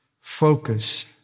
focus